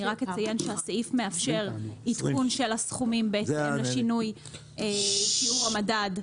אני רק אציין שהסעיף מאפשר עדכון של הסכומים בהתאם לשינוי שיעור המדד.